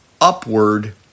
upward